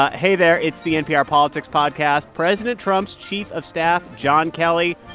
ah hey there, it's the npr politics podcast. president trump's chief of staff, john kelly,